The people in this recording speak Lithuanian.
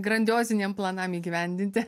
grandioziniem planam įgyvendinti